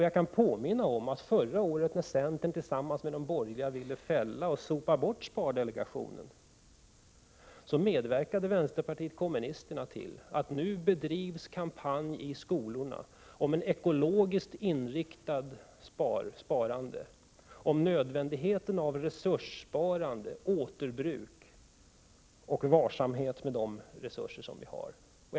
Jag kan påminna om att förra året när centern tillsammans med de andra borgerliga partierna ville fälla och sopa bort spardelegationen, medverkade vänsterpartiet kommunisterna till att en kampanj nu bedrivs i skolorna om ett ekologiskt inriktat sparande, om nödvändigheten av resurssparande, återbruk och varsamhet med de resurser vi har.